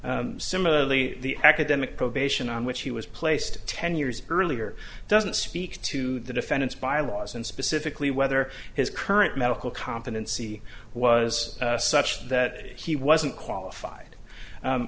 similarly the academic probation on which he was placed ten years earlier doesn't speak to the defendant's bylaws and specifically whether his current medical competency was such that he wasn't qualified